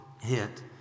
hit